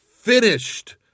finished